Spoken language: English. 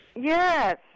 Yes